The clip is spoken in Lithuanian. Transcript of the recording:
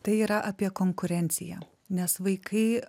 tai yra apie konkurenciją nes vaikai